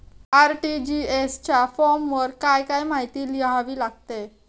RTGS च्या फॉर्मवर काय काय माहिती लिहावी लागते?